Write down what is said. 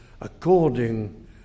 according